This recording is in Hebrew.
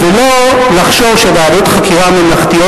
ולא לחשוב שוועדות חקירה ממלכתיות